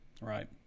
right